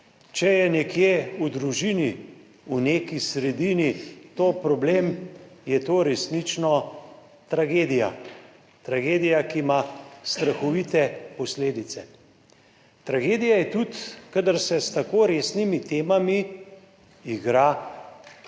Če je nekje v družini v neki sredini to problem, je to resnično tragedija, tragedija, ki ima strahovite posledice. Tragedija je tudi, kadar se s tako resnimi temami igra